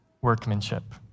workmanship